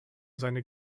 seine